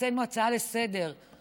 הצענו הצעה לסדר-היום,